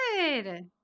Good